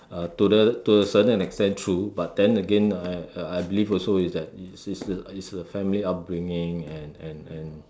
uh to the to a certain extent true but then again uh I believe also is that is that it's the family upbringing and and and